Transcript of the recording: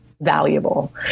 valuable